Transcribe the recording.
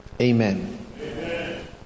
amen